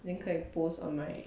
then 可以 post on my